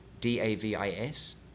d-a-v-i-s